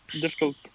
difficult